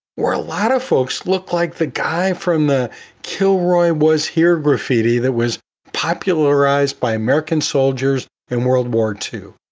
where a lot of folks look like the guy from the kilroy was here graffiti that was popularized by american soldiers in world war two.